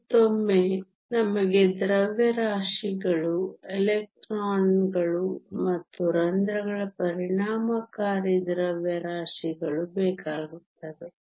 ಮತ್ತೊಮ್ಮೆ ನಮಗೆ ದ್ರವ್ಯರಾಶಿಗಳು ಎಲೆಕ್ಟ್ರಾನ್ಗಳು ಮತ್ತು ರಂಧ್ರಗಳ ಪರಿಣಾಮಕಾರಿ ದ್ರವ್ಯರಾಶಿಗಳು ಬೇಕಾಗುತ್ತವೆ